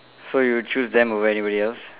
so you choose them over anybody else